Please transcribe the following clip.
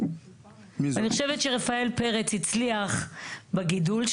אני חושבת שרפאל פרץ הצליח בגידול,